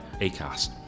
ACAST